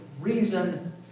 reason